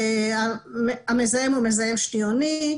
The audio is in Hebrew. המזהם הוא מזהם שניוני.